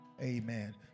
Amen